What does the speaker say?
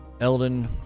Elden